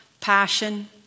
passion